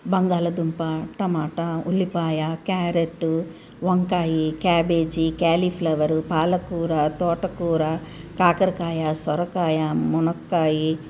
బంగాళదుంప టొమాటో ఉల్లిపాయ క్యారెట్టు వంకాయి క్యాబేజీ కాలీఫ్లవరు పాలకూర తోటకూర కాకరకాయ సొరకాయ మునక్కాయి